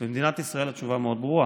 במדינת ישראל התשובה מאוד ברורה: